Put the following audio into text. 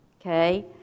okay